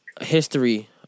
history